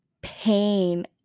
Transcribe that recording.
pain